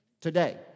Today